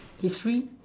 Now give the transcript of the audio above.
history